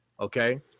Okay